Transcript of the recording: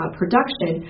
production